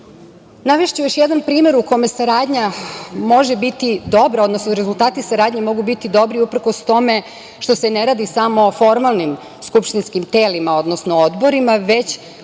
još jedan primer u kome saradnja može biti dobra, odnosno rezultati saradnje mogu biti dobri uprkos tome što se ne radi samo o formalnim skupštinskim telima, odnosno odborima, već